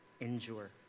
endure